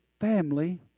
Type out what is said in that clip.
family